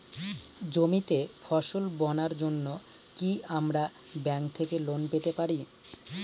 জমিতে ফসল বোনার জন্য কি আমরা ব্যঙ্ক থেকে লোন পেতে পারি?